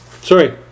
Sorry